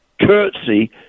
curtsy